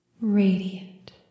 Radiant